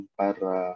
para